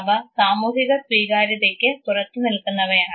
അവ സാമൂഹിക സ്വീകാര്യതയ്ക്ക് പുറത്തു നിൽക്കുന്നവയാണ്